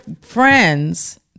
friends